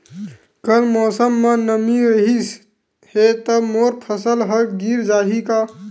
कल मौसम म नमी रहिस हे त मोर फसल ह गिर जाही का?